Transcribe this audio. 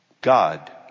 God